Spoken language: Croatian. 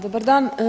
Dobar dan.